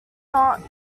not